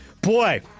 boy